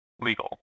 legal